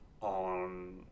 on